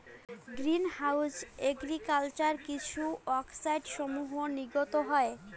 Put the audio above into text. green house agriculture কিছু অক্সাইডসমূহ নির্গত হয়